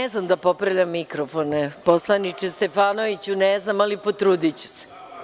Ne znam da popravljam mikrofone, poslaniče Stefanoviću, ali potrudiću se.